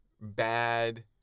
bad